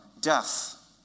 death